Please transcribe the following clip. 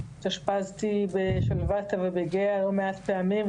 התאשפזתי בשלוותה ובגהה לא מעט פעמים,